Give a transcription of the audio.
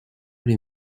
les